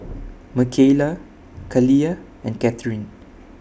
Mckayla Kaliyah and Katharine